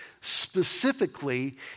specifically